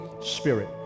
spirit